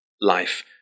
life